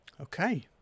Okay